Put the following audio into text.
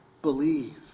believe